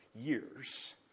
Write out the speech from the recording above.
years